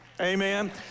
Amen